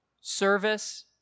service